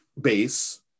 base